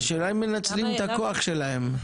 השאלה אם מנצלים את הכוח שלהם?